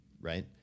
right